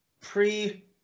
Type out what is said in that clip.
pre